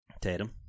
Tatum